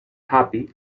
happy